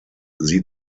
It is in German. sie